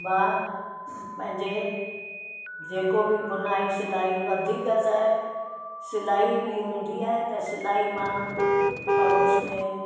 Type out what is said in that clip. मां पंहिंजे जेको बि बुनाई सिलाई वधीक त सिलाई बि हूंदी आहे त सिलाई मां पड़ोस में